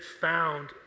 found